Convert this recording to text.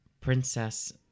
princess